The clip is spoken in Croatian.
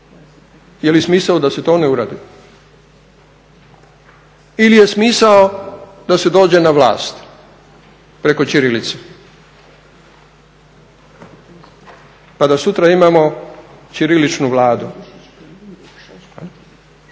Je li smisao da se to ne uradi ili je smisao da se dođe na vlast preko ćirilice pa da sutra imamo ćiriličnu Vladu